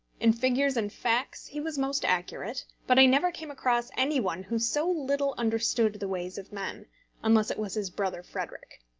in figures and facts he was most accurate, but i never came across any one who so little understood the ways of men unless it was his brother frederic.